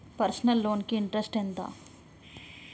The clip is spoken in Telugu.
పర్సనల్ లోన్ కి ఇంట్రెస్ట్ ఎంత?